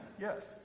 yes